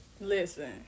listen